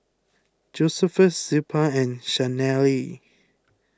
Josephus Zilpah and Chanelle